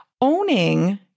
owning